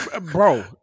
Bro